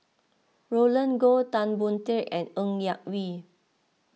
Roland Goh Tan Boon Teik and Ng Yak Whee